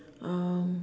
um